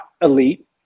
elite